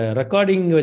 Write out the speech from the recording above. recording